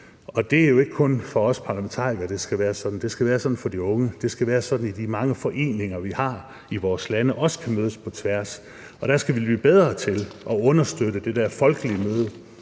Og det er jo ikke kun for os parlamentarikere, at det skal være sådan; det skal være sådan for de unge, det skal være sådan, at vi i de mange foreninger, vi har i vores lande, også kan mødes på tværs. Og der skal vi blive bedre til at understøtte det der folkelige møde